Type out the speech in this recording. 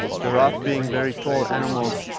giraffe being very tall animals,